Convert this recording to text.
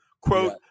Quote